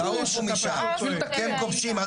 תעופו משם, אתם כובשים.